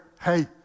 hey